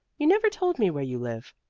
you never told me where you live.